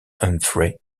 humphrey